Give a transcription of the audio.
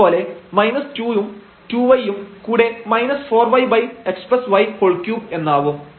അതുപോലെ 2 ഉം 2y ഉം കൂടെ 4yxy3 എന്നാവും